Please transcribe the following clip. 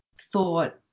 thought